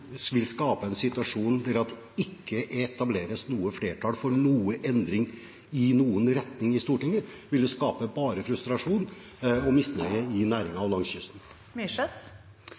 vil skape en situasjon der det ikke etableres flertall for noen endring i noen retning i Stortinget, ville bare skape frustrasjon og misnøye i næringen langs kysten. Det åpnes for oppfølgingsspørsmål – først Cecilie Myrseth.